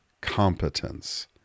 competence